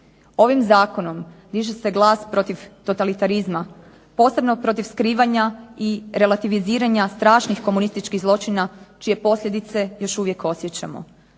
Ovim zakonom diže se glas protiv totalitarizma, posebno protiv skrivanja i relativiziranja strašnih komunističkih zločina čije posljedice još uvijek osjećamo.